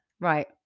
Right